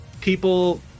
people